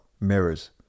mirrors